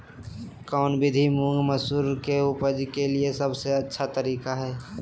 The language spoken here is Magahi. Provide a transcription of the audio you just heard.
कौन विधि मुंग, मसूर के उपज के लिए सबसे अच्छा तरीका है?